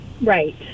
Right